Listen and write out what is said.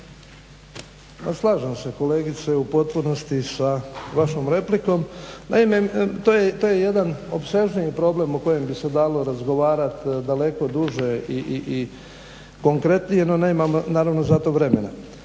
slažem se kolegice u potpunosti sa vašom replikom. Naime, to je jedan opsežniji problem o kojem bi se dalo razgovarat, daleko duže i konkretnije no nemam naravno za to vremena.